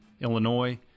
illinois